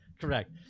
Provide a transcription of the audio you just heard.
Correct